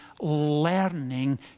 learning